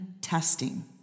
testing